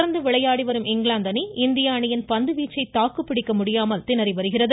தொடர்ந்து விளையாடி வரும் இங்கிலாந்து அணி இந்திய அணியின் பந்து வீச்சை தாக்குப்பிடிக்க முடியாமல் திணறி வருகிறது